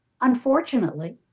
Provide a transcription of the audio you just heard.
unfortunately